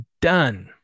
done